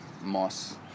moss